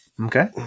Okay